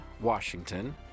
Washington